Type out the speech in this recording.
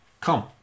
Come